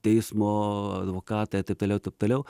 teismo advokatai ir taip toliau taip toliau